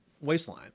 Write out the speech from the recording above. waistline